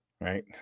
right